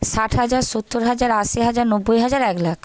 ষাট হাজার সত্তর হাজার আশি হাজার নব্বই হাজার এক লাখ